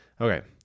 okay